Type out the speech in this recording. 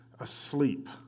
asleep